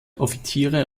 offiziere